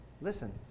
Listen